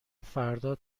فردا